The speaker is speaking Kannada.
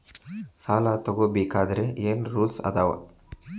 ಸಾಲ ತಗೋ ಬೇಕಾದ್ರೆ ಏನ್ ರೂಲ್ಸ್ ಅದಾವ?